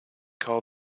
call